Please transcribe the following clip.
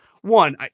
one